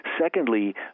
Secondly